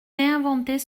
réinventer